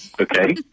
okay